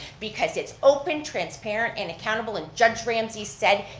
because it's open, transparent and accountable, and judge ramsey said,